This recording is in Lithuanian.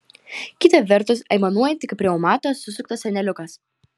kita vertus aimanuojanti kaip reumato susuktas seneliukas